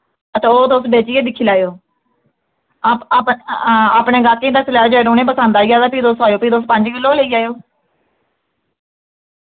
हां ते ओ तुस बेचियै दिक्खी लैएओ अप अप अपने गाह्कें दस्सी लैएओ जेकर उ'ने पसंद आई जाह्ग ते ते फ्ही तुस आएओ फ्ही तुस पंज किल्लो लेई जाएओ